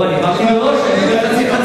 לא, אני אמרתי מראש שאני אדבר חצי-חצי.